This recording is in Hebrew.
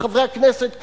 חברי הכנסת כאן,